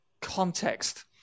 context